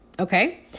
Okay